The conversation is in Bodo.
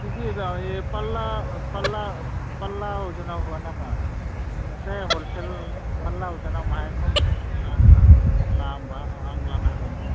केजि फाल्ला फाल्ला अजनाव होआ नामा एसे हलसेल फाल्ला अजना माहाय खम आं लानो हागोन